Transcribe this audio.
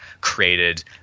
created